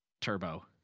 turbo